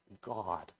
God